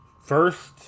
first